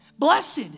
Blessed